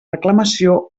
reclamació